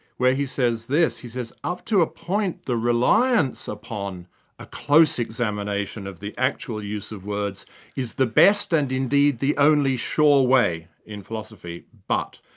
where he says this. he says, up to a point, the reliance upon a close examination of the actual use of words is the best and indeed the only sure way in philosophy. but,